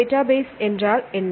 database என்றால் என்ன